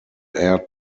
air